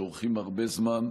שאורכים הרבה זמן,